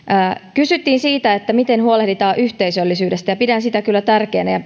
kysyttiin siitä miten huolehditaan yhteisöllisyydestä pidän sitä kyllä tärkeänä ja